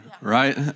right